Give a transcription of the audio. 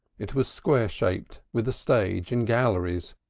it was square-shaped with a stage and galleries,